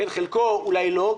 חלקו אולי לא,